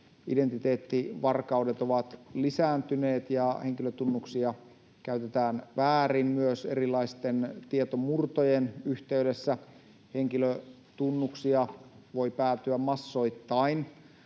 identiteettivarkaudet ovat lisääntyneet ja henkilötunnuksia käytetään väärin. Myös erilaisten tietomurtojen yhteydessä henkilötunnuksia voi päätyä massoittain...